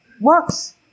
works